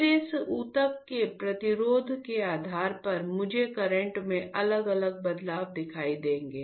फिर इस ऊतक के प्रतिरोध के आधार पर मुझे करंट में अलग अलग बदलाव दिखाई देंगे